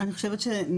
אוקיי,